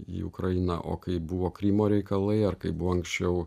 į ukrainą o kai buvo krymo reikalai ar kai buvo anksčiau